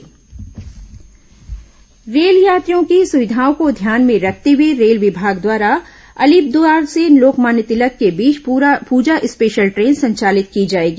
train परिचालन rail यात्रियों की सुविधाओं को ध्यान में रखते हुए रेल विभाग द्वारा अलीपुरद्वार से लोकमान्य तिलक के बीच पूजा स्पेशल ट्रेन संचालित की जाएगी